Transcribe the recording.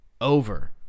Over